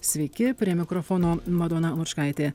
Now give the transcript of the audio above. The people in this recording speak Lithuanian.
sveiki prie mikrofono madona lučkaitė